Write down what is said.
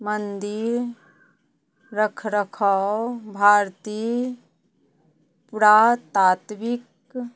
मन्दिर रखरखाव भारतीय पुरातात्विक